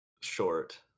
Short